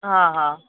हा हा